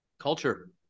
Culture